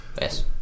yes